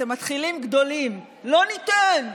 אתם מתחילים גדולים: לא ניתן,